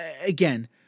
again